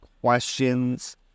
questions